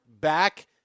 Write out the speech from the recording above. back